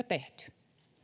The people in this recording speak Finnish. tehty